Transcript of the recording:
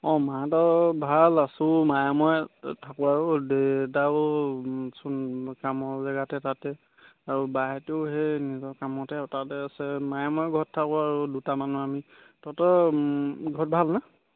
অঁ মাহঁত ভাল আছোঁ মায়ে মই থাকোঁ আৰু দেউতাওচোন কামৰ জেগাতে তাতে আৰু বাহেঁতেও সেই নিজৰ কামতে তাতে আছে মায়ে ময় ঘৰত থাকোঁ আৰু দুটা মানুহ আমি তহঁতৰ ঘৰত ভালনে